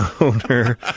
owner